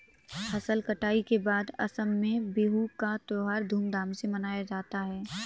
फसल कटाई के बाद असम में बिहू का त्योहार धूमधाम से मनाया जाता है